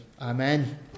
Amen